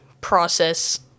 process